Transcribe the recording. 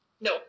No